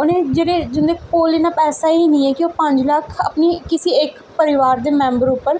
उ'नें जेह्ड़े जिं'दे कोल इन्ना पैसा ही निं ऐ कि ओह् पंज लक्ख अपनी किसी इक परिवार दे मैम्बर उप्पर